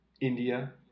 India